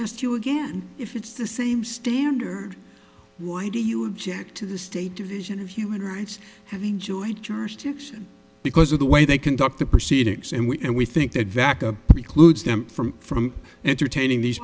ask you again if it's the same standard why do you object to the state division of human rights have enjoyed jurisdiction because of the way they conduct the proceedings and we and we think that vaca precludes them from from entertaining these